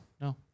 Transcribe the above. No